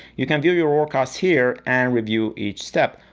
you can view your workouts here and review each step.